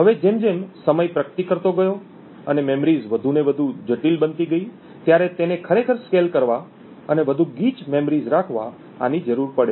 હવે જેમ જેમ સમય પ્રગતિ કરતો ગયો અને મેમોરીઝ વધુ ને વધુ જટિલ બનતી ગઈ ત્યારે તેને ખરેખર સ્કેલ કરવા અને વધુ ગીચ મેમોરીઝ રાખવા આની જરૂર પડે